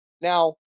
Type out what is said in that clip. Now